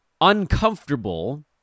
uncomfortable